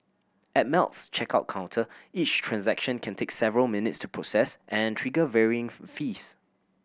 at Melt's checkout counter each transaction can take several minutes to process and trigger varying fees